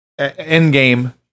Endgame